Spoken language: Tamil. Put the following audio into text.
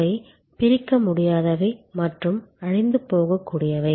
அவை பிரிக்க முடியாதவை மற்றும் அழிந்துபோகக்கூடியவை